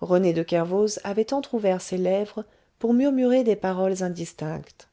rené de kervoz avait entr'ouvert ses lèvres pour murmurer des paroles indistinctes